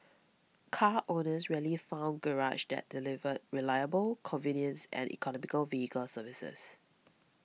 car owners rarely found garages that delivered reliable convenience and economical vehicle services